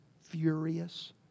furious